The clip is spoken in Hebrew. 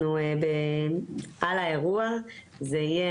אנחנו על האירוע, וגם יהיה